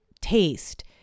taste